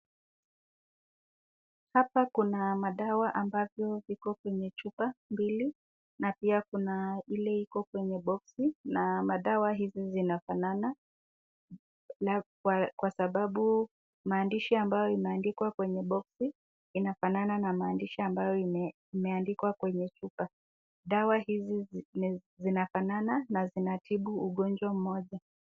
Hapa kuna madawa ambavyo viko kwenye chupa mbili, na pia kuna ile iko kwenye boksi, na madawa hizi zinafanana kwa sababu maandishi ambayo imeandikwa kwenye boksi , inafanana na maandishi ambayo imeadikwa kwenye chupa, dawa hizi zinafanana na zinatibu ugonjwa mmoja.